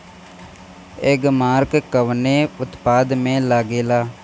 एगमार्क कवने उत्पाद मैं लगेला?